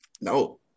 no